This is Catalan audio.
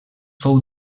fou